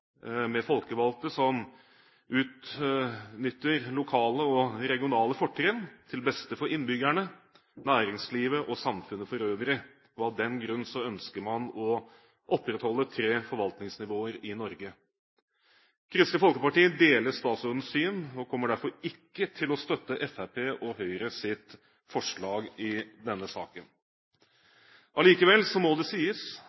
med folkevalgte som utnytter lokale og regionale fortrinn til beste for innbyggerne, næringslivet og samfunnet for øvrig. Av den grunn ønsker man å opprettholde tre forvaltningsnivåer i Norge. Kristelig Folkeparti deler statsrådens syn og kommer derfor ikke til å støtte Fremskrittspartiet og Høyres forslag i denne saken. Allikevel må det sies